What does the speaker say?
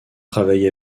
travailler